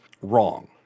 wrong